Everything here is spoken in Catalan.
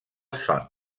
son